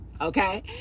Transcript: okay